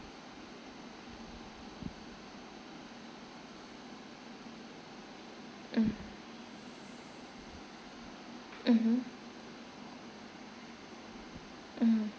mm mmhmm mm